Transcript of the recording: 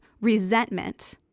resentment